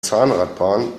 zahnradbahn